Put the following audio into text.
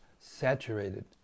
saturated